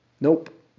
Nope